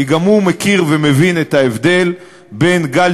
כי גם הוא מכיר ומבין את ההבדל בין גל